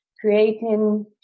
creating